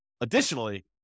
additionally